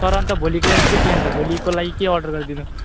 तर अन्त भोलिको अन्त के प्लान छ भोलिको लागि के अर्डर गरिदिनु